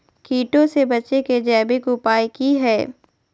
कीटों से बचे के जैविक उपाय की हैय?